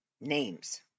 names